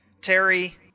Terry